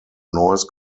noise